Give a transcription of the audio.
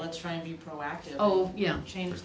let's try and be proactive oh yeah change